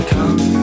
Come